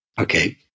Okay